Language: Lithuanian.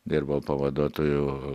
dirbau pavaduotoju